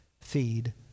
Feed